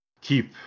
keep